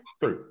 Three